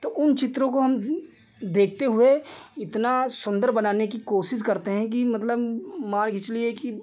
तो उन चित्रों को हम देखते हुए इतना सुन्दर बनाने की कोशिश करते हैं कि मतलब मानकर चलिए कि